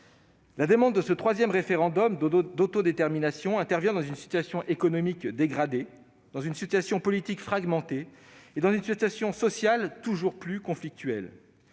La demande d'un troisième référendum d'autodétermination intervient dans une situation économique dégradée, dans une situation politique fragmentée et dans une situation sociale toujours plus conflictuelle.